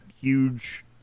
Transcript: huge